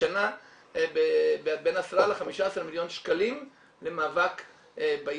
השנה בין 15-10 מיליון שקלים למאבק בעישון.